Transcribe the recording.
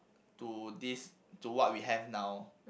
to this to what we have now